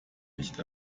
nicht